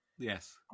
Yes